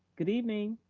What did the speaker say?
good evening.